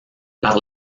par